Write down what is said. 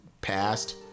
passed